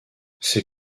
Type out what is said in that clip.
ses